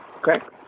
correct